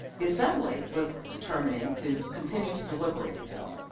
the assembly was determining to continue to deliberate the bill.